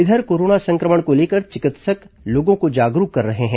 इधर कोरोना संक्रमण को लेकर चिकित्सक लोगों को जागरूक कर रहे हैं